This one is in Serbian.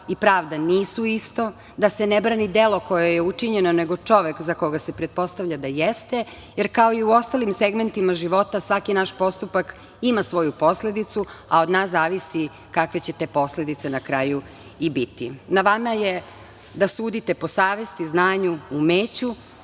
i pravda nisu isto, da se ne brani delo koje je učinjeno nego čovek za koga se pretpostavlja da jeste, jer kao i u ostalim segmentima života, svaki naš postupak ima svoju posledicu, a od nas zavisi kakve će te posledice na kraju i biti. Na vama je da sudite po savesti, znanju, umeću,